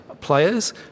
players